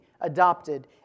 adopted